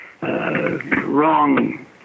wrong